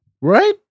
right